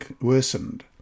worsened